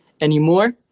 anymore